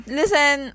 listen